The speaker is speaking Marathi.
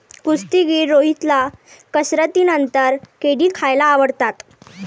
कुस्तीगीर रोहितला कसरतीनंतर केळी खायला आवडतात